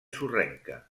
sorrenca